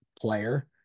player